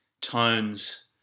tones